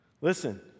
Listen